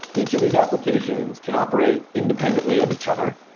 each of these applications can operate independently of each other,